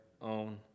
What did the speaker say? own